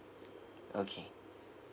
okay